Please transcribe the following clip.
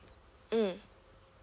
mm